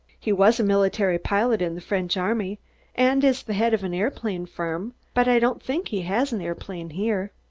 he was a military pilot in the french army and is the head of an aeroplane firm, but i don't think he has an aeroplane here.